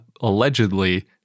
allegedly